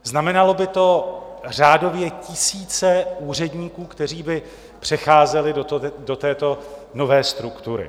Znamenalo by to řádově tisíce úředníků, kteří by přecházeli do této nové struktury.